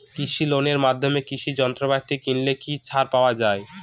কৃষি লোনের মাধ্যমে কৃষি যন্ত্রপাতি কিনলে কি ছাড় পাওয়া যায়?